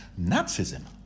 Nazism